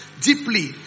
deeply